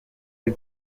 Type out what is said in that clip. ari